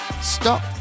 stop